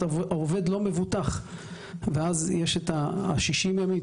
העובד לא מבוטח ואין רצף,